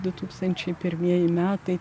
du tūkstančiai pirmieji metai